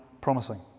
promising